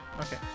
Okay